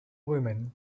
women